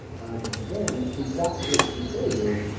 and then if that gets disabled,